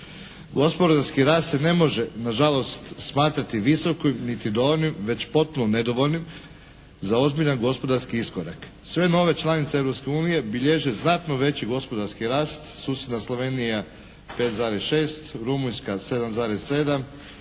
Gospodarski rast se ne može nažalost smatrati visokim niti dovoljnim već potpuno nedovoljnim za ozbiljan gospodarski iskorak. Sve nove članice Europske unije bilježe znatno veći gospodarski rast. Susjedna Slovenija 5,6, Rumunjska 7,7,